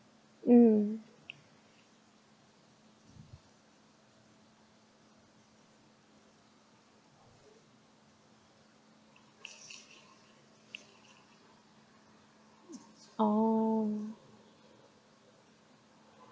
mm oh